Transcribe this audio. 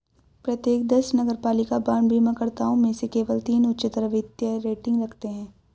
प्रत्येक दस नगरपालिका बांड बीमाकर्ताओं में से केवल तीन उच्चतर वित्तीय रेटिंग रखते हैं